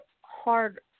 hard